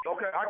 Okay